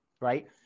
right